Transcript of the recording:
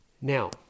Now